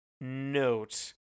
note